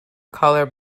color